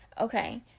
okay